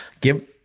give